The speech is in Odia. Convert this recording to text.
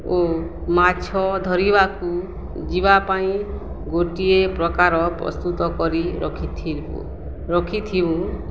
ଓ ମାଛ ଧରିବାକୁ ଯିବା ପାଇଁ ଗୋଟିଏ ପ୍ରକାର ପ୍ରସ୍ତୁତ କରି ରଖିିଥିବୁ ରଖିଥିବୁଁ